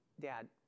Dad